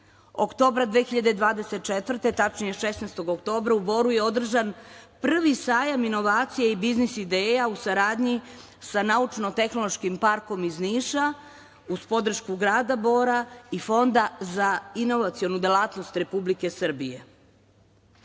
oktobra 2024. godine u Boru je održan prvi sajam inovacija i biznis ideja u saradnji sa Naučno-tehnološkim parkom iz Niša uz podršku grada Bora i Fonda za inovacionu delatnost Republike Srbije. Grad